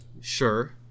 Sure